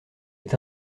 est